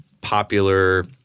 popular